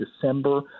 December